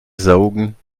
saugen